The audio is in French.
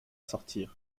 sortir